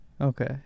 Okay